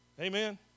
Amen